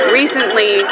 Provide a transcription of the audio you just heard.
recently